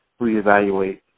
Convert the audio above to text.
reevaluate